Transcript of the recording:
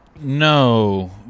No